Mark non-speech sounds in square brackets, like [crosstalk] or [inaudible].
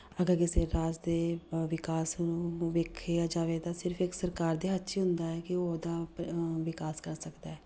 ਅਗਰ ਕਿਸੇ ਰਾਜ ਦੇ ਵ ਵਿਕਾਸ ਨੂੰ ਵੇਖਿਆ ਜਾਵੇ ਤਾਂ ਸਿਰਫ਼ ਇੱਕ ਸਰਕਾਰ ਦੇ ਹੱਥ 'ਚ ਹੀ ਹੁੰਦਾ ਹੈ ਕਿ ਉਹਦਾ [unintelligible] ਵਿਕਾਸ ਕਰ ਸਕਦਾ ਹੈ